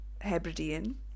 Hebridean